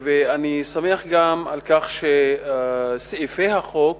אני שמח גם על כך שסעיפי החוק